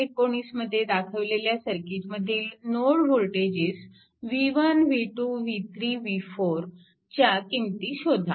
19 मध्ये दाखवलेल्या सर्किटमधील node voltages v1 v2 v3 v4 च्या किंमती शोधा